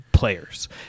players